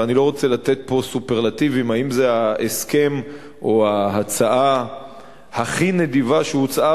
ואני לא רוצה לתת פה סופרלטיבים אם זה ההסכם או ההצעה הכי נדיבה שהוצעה